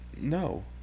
no